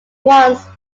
once